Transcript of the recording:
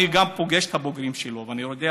אני גם פוגש את הבוגרים שלו ואני יודע,